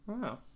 wow